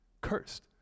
cursed